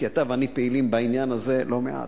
כי אתה ואני פעילים בעניין הזה לא מעט.